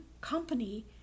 company